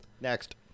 Next